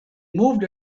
moved